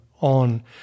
on